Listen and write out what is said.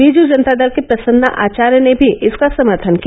बीजू जनता दल के प्रसन्ना आचार्य ने भी इसका समर्थन किया